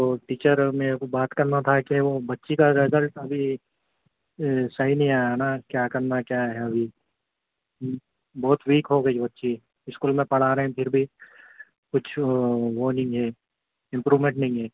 وہ ٹیچر میرے کو بات کرنا تھا کہ وہ بچی کا رزلٹ ابھی صحیح نہیں آیا نا کیا کرنا کیا ہے ابھی بہت ویک ہو گئی بچی اسکول میں پڑھا رہے ہیں پھر بھی کچھ وہ نہیں ہے امپرومینٹ نہیں ہے